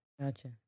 Gotcha